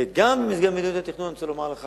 וגם במסגרת מדיניות התכנון, אני רוצה לומר לך